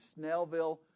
Snellville